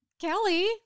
Kelly